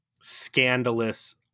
scandalous